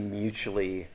mutually